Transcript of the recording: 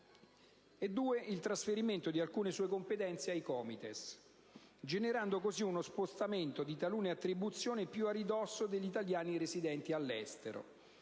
il trasferimento di alcune sue competenze ai COMITES, generando così uno spostamento di talune attribuzioni più a ridosso degli italiani residenti all'estero.